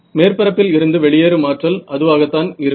மேற்பரப்பில் இருந்து வெளியேறும் ஆற்றல் அதுவாகத்தான் இருக்கும்